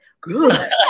good